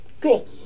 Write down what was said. Cool